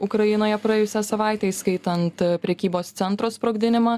ukrainoje praėjusią savaitę įskaitant prekybos centro sprogdinimą